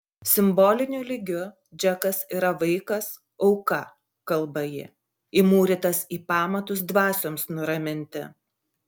simboliniu lygiu džekas yra vaikas auka kalba ji įmūrytas į pamatus dvasioms nuraminti